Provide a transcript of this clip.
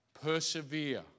Persevere